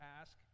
ask